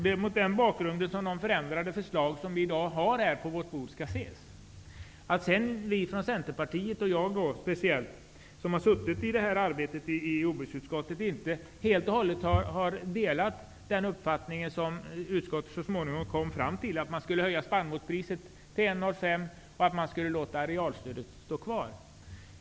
Det är mot den bakgrunden som de förändrade förslag som vi i dag har på vårt bord skall ses. Vi från Centerpartiet och speciellt jag som har suttit i detta arbete i jordbruksutskottet har inte helt delat den uppfattning som utskottet så småningom kom fram till, att spannmålspriset borde höjas till 1:05 kr och att arealstödet skulle stå kvar.